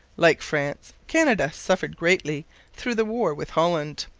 like france, canada suffered greatly through the war with holland,